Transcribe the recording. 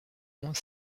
mont